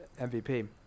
MVP